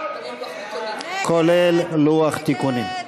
כולל לוח תיקונים.